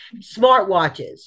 smartwatches